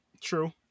True